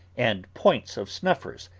and points of snuffers,